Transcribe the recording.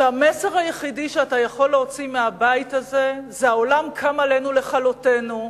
שהמסר היחידי שאתה יכול להוציא מהבית הזה הוא: העולם קם עלינו לכלותנו,